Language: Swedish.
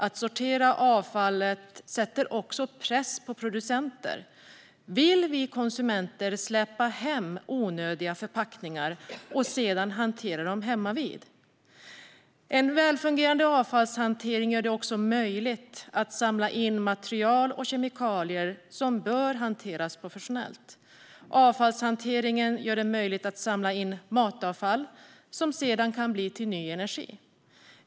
Att sortera avfallet sätter också press på producenter. Vill vi konsumenter släpa hem onödiga förpackningar och sedan hantera dem hemmavid? En välfungerande avfallshantering gör det också möjligt att samla in material och kemikalier som bör hanteras professionellt. Avfallshanteringen gör det möjligt att samla in matavfall, som sedan kan bli till ny energi.